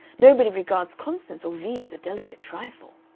nobody regards constance or vee as a delicate trifle.